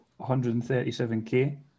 137k